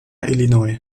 illinois